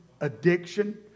addiction